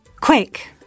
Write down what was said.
Quick